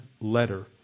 letter